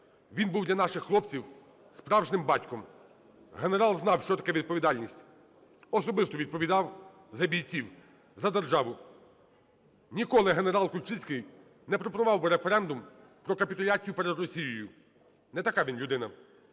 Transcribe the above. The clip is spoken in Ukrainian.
Він був для наших хлопців справжнім батьком, генерал знав, що таке відповідальність, особисто відповідав за бійців, за державу. Ніколи генерал Кульчицький не пропонував би референдум про капітуляцію перед Росією, не така він людина.